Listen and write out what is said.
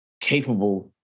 capable